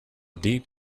deep